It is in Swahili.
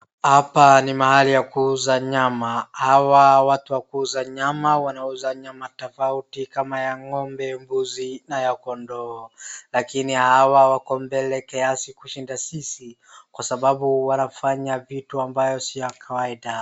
Hapa ni mahali ya kuuza nyama. Hawa watu wa kuuza nyama wanauza nyama tofauti kama ya ng'ombe, mbuzi na ya kondoo. Lakini hawa wako mbele kiasi kushinda sisi kwa sababu wanafanya vitu ambayo si ya kawaida.